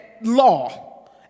law